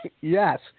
Yes